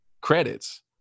credits